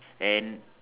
and